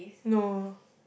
no